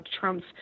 Trump's